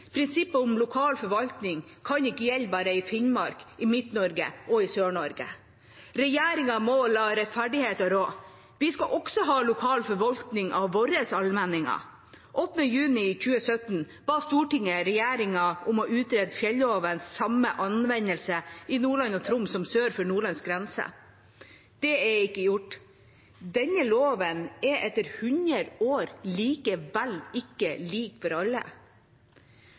Prinsippet om lokal forvaltning kan ikke gjelde bare i Finnmark, i Midt-Norge og i Sør-Norge. Regjeringa må la rettferdigheten råde. Vi skal også ha lokal forvaltning av våre allmenninger. Den 8. juni 2017 ba Stortinget regjeringa om å utrede fjellovens samme anvendelse i Nordland og Troms som sør for Nordlands grense. Det er ikke gjort. Denne loven er etter 100 år likevel ikke lik for alle.